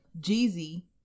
Jeezy